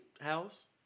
house